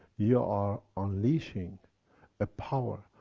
you are unleashing a power,